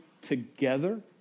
together